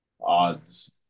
Odds